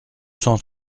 cent